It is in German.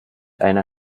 einer